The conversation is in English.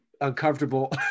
uncomfortable